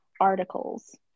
articles